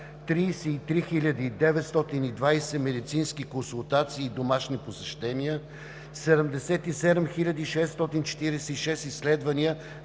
33 920 медицински консултации и домашни посещения; 77 646 изследвания